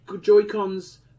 Joy-Cons